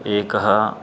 एकः